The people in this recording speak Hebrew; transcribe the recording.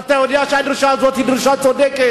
אתה יודע שהדרישה הזאת היא דרישה צודקת.